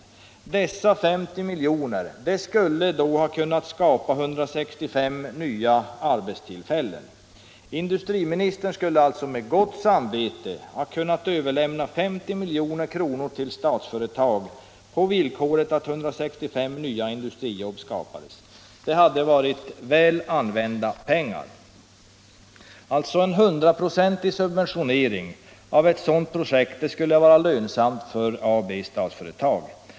Med hjälp av dessa 50 miljoner skulle det då ha kunnat skapas 165 nya arbetstillfällen. Industriministern skulle alltså med gott samvete ha kunnat överlämna 50 miljoner till Statsföretag på villkor att 165 nya industrijobb skapades. Det hade varit väl använda pengar. En hundraprocentig subventionering av ett sådant projekt skulle alltså vara lönsam för Statsföretag AB.